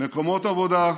מקומות עבודה,